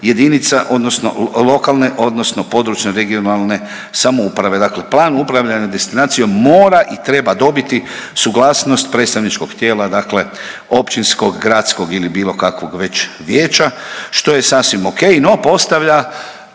jedinica odnosno lokalne odnosno područne regionalne samouprave, dakle plan upravljanja destinacijom mora i treba dobiti suglasnost predstavničkog tijela, dakle općinskog, gradskog ili bilo kakvog već vijeća, što je sasvim okej, no postavlja